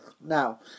Now